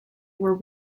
were